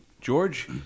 George